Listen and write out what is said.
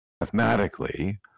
mathematically